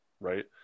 right